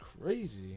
crazy